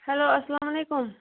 hello اَسلام علیکُم